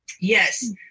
Yes